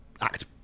act